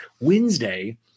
Wednesday